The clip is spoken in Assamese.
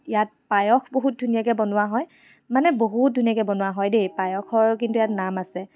ইয়াত পায়স বহুত ধুনীয়াকৈ বনোৱা হয় মানে বহুত ধুনীয়াকৈ বনোৱা হয় দেই পায়সৰ কিন্তু ইয়াত নাম আছে